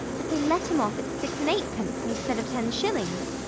that they let him off at six-and-eight-pence instead of ten shillings.